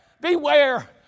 beware